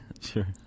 Sure